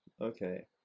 okay